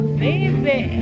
baby